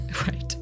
Right